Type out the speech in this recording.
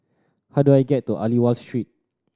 how do I get to Aliwal Street